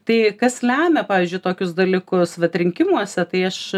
tai kas lemia pavyzdžiui tokius dalykus vat rinkimuose tai aš